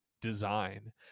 design